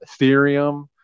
Ethereum